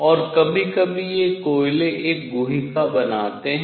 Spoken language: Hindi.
और कभी कभी ये कोयले एक गुहिका बनाते हैं